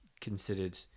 considered